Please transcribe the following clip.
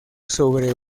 sobre